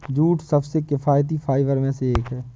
jute सबसे किफायती fibre में से एक है